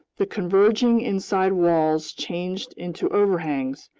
the converging inside walls changed into overhangs,